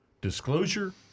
disclosure